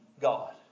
God